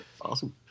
Awesome